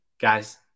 guys